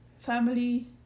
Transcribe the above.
Family